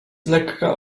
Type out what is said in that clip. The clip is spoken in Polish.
lekka